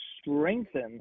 strengthen